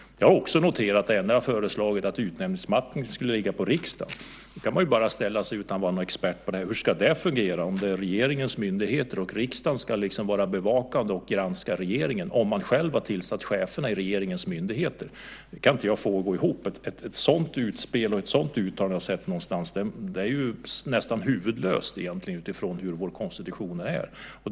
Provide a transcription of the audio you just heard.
Jag har också noterat att man har föreslagit att utnämningsmakten skulle ligga på riksdagen. Utan att vara expert på det här kan man undra hur det ska fungera om det är regeringens myndigheter och riksdagen ska vara bevakande och granska regeringen om man själv har tillsatt cheferna i regeringens myndigheter. Det kan jag inte få att gå ihop. Ett sådant utspel och ett sådant uttalande som jag har sett någonstans är nästan huvudlöst utifrån hur vår konstitution ser ut.